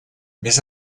més